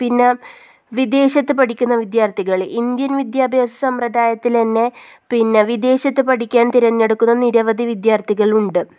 പിന്നെ വിദേശത്ത് പഠിക്കുന്ന വിദ്യാർഥികൾ ഇന്ത്യൻ വിദ്യാഭ്യാസ സമ്പ്രദായത്തിൽ തന്നെ പിന്നെ വിദേശത്ത് പഠിക്കാൻ തിരഞ്ഞെടുക്കുന്ന നിരവധി വിദ്യാർഥികളുണ്ട്